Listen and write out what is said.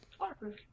waterproof